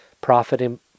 profiting